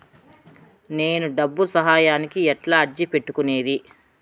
నేను డబ్బు సహాయానికి ఎట్లా అర్జీ పెట్టుకునేది?